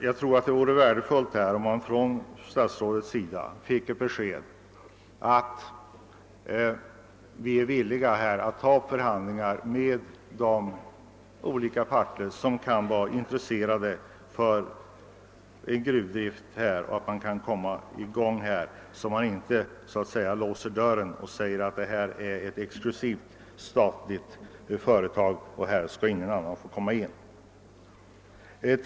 Det vore ailtså värdefullt om statsrådet ville ge beskedet, att regeringen är villig att ta upp förhandlingar med de olika parter som kan vara intresserade av gruvdrift i detta område, så att man kan komma i gång och inte låser dörren genom att säga att detta är ett exklusivt statligt företag och att ingen annan skall få komma in här.